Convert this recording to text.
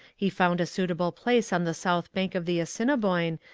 he found a suitable place on the south bank of the assiniboine,